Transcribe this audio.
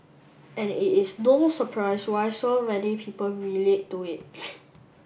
and it is no surprise why so many people relate to it